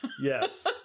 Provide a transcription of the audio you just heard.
Yes